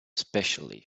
especially